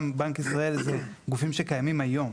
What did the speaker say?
גם בבנק ישראל, אלה גופים שקיימים היום.